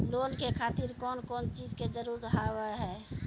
Loan के खातिर कौन कौन चीज के जरूरत हाव है?